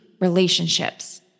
relationships